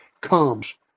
comes